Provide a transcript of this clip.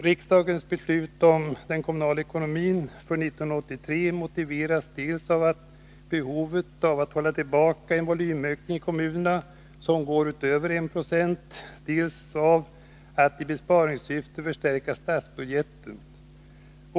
Riksdagens beslut om den kommunala ekonomin för år 1983 motiveras dels av behovet av att hålla tillbaka en volymökning i kommunerna som går utöver 1 96, dels av att i besparingssyfte förstärka statsbudgeten.